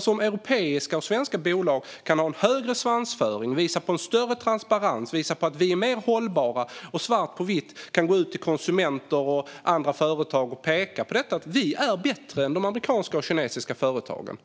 Tänk om europeiska och svenska bolag kan ha högre svansföring, visa på större transparens och att de är mer hållbara, om de kan gå ut till konsumenter och andra företag och peka svart på vitt på att de är bättre än de amerikanska och kinesiska företagen.